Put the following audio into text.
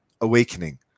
awakening